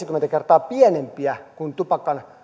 kuin tupakan